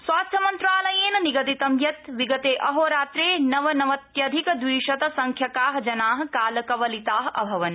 स्वास्थ्यमन्त्रालयेन निगदितम् यत् विगते अहोरात्रे नवनवत्यधिकद्विशतसंख्यका जना कालकवलिता अभवन्